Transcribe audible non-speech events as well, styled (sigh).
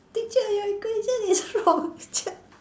teacher your equation is wrong (laughs)